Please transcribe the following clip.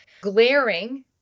glaring